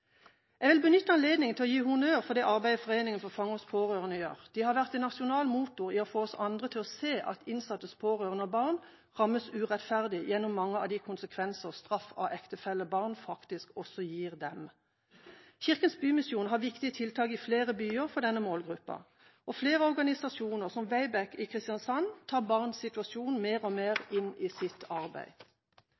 Jeg vil benytte anledningen til å gi honnør for det arbeidet Foreningen for Fangers Pårørende gjør. De har vært en nasjonal motor for å få oss andre til å se at innsattes pårørende og barn rammes urettferdig gjennom mange av de konsekvenser straff av ektefelle og barn faktisk også har for dem. Kirkens bymisjon har viktige tiltak for denne målgruppa i flere byer, og flere organisasjoner, som Wayback i Kristiansand, tar barns situasjon mer og mer